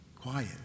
Quiet